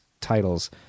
titles